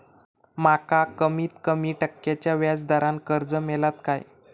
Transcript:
माका कमीत कमी टक्क्याच्या व्याज दरान कर्ज मेलात काय?